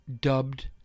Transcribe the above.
dubbed